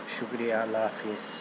شُکریہ اللہ حافظ